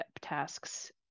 tasks